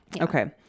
Okay